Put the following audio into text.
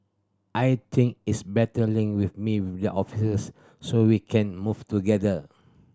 I think it's better link with me officers so we can move together